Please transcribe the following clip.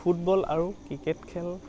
football আৰু cricket খেল